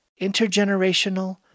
intergenerational